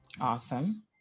Awesome